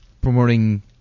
promoting